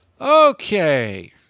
Okay